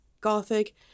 gothic